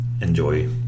enjoy